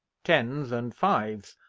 tens and fives,